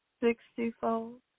sixtyfold